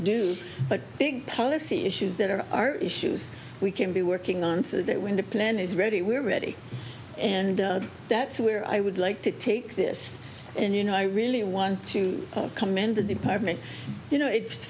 do but big policy issues that are issues we can be working on so that when the plan is ready we're ready and that's where i would like to take this and you know i really want to commend the department you know